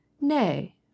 Nay